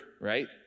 right